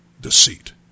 deceit